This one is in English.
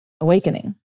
awakening